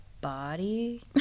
body